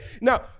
Now